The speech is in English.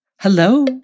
Hello